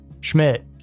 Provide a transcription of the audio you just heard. Schmidt